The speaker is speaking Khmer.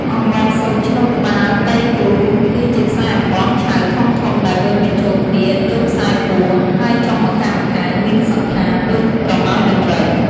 អំបោះសូត្រឈ្នួតក្បាល "ទៃគ្រូ" គឺជាខ្សែអំបោះឆៅធំៗដែលវេញបញ្ចូលគ្នាដូចខ្សែពួរ ហើយចុងម្ខាងៗមានសណ្ឋានដូចប្រមោយដំរី។